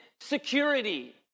security